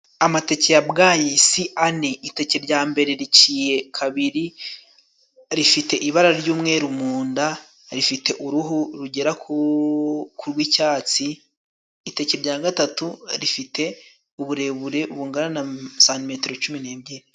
Amateke ya bwayisi ane : iteke rya mbere riciye kabiri rifite ibara ry'umweru mu nda, rifite uruhu rugera ku rw'icyatsi; iteke rya gatatu rifite uburebure bungana na santimetero cumi n'ebyiri.